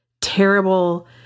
terrible